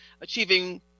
achieving